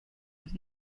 und